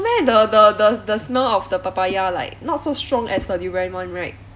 meh the the the the smell of the papaya like not so strong as the durian one right